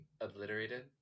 obliterated